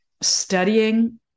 studying